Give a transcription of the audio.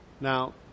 Now